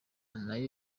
nayo